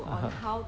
(uh huh)